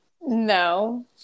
No